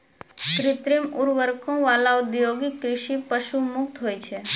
कृत्रिम उर्वरको वाला औद्योगिक कृषि पशु मुक्त होय छै